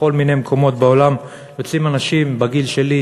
בכל מיני מקומות בעולם יוצאים אנשים בגיל שלי,